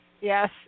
Yes